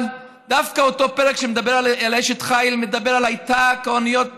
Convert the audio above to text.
אבל דווקא אותו פרק שמדבר על אשת חיל מדבר על "הייתה כאניות",